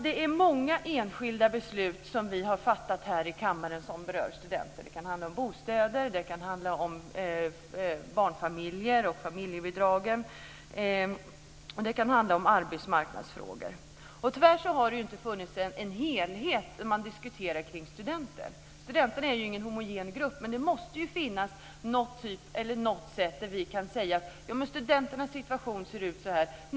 Det är många enskilda beslut som vi har fattat här i kammaren som berör studenter. Det kan handla om bostäder, det kan handla om barnfamiljer och familjebidrag och det kan handla om arbetsmarknadsfrågor. Tyvärr har det inte funnits någon helhet när man diskuterar studenter. Studenterna är ju ingen homogen grupp, men det måste finnas något sätt för oss att säga: Studenternas situation ser ut så här.